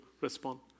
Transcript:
respond